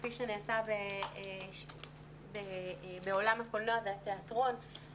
כפי שנעשה בעולם הקולנוע והתיאטרון,